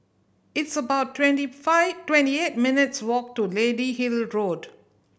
it's about twenty five twenty eight minutes' walk to Lady Hill Road